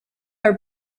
are